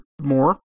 more